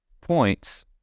points